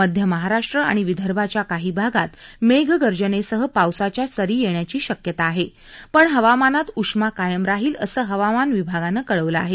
मध्यमहाराष्ट्र आणि विदर्भाच्या काही भागात मेघगर्जनेसह पावसाच्या सरी येण्याची शक्यता आहे पण हवामानात उष्मा कायम राहील असं हवामान विभागाने कळवलं आहे